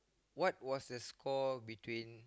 what was the score between